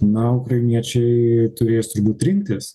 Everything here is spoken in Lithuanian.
na ukrainiečiai turės turbūt rinktis